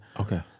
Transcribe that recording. Okay